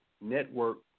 Network